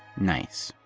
nice!